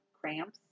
cramps